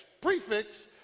prefix